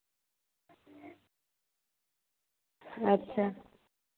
अच्छा